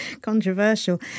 Controversial